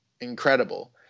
incredible